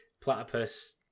platypus